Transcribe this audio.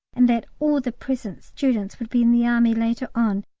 and that all the present students would be in the army later on,